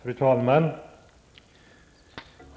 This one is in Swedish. Fru talman!